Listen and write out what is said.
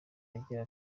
agira